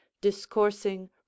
discoursing